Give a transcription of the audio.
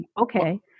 okay